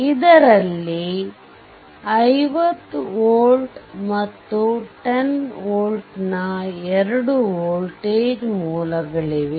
ಇದರಲ್ಲಿ 50 volt ಮತ್ತು 10volt ನ 2 ವೋಲ್ಟೇಜ್ ಮೂಲಗಳಿವೆ